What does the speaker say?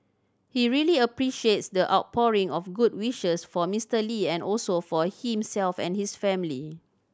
he really appreciates the outpouring of good wishes for Mister Lee and also for himself and his family